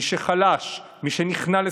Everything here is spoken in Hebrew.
מי שחלש, מי שנכנע לסחטנות,